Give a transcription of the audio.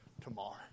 tomorrow